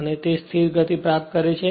અને તે સ્થિર ગતિ પ્રાપ્ત કરે છે